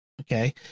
okay